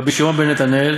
ורבי שמעון בן נתנאל,